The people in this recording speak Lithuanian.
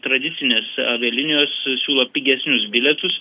tradicinės avialinijos siūlo pigesnius bilietus